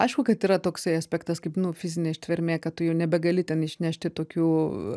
aišku kad yra toksai aspektas kaip nu fizinė ištvermė kad tu jau nebegali ten išnešti tokių